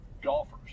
golfers